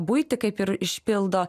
buitį kaip ir išpildo